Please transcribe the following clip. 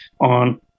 on